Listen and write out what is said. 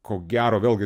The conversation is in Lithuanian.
ko gero vėlgi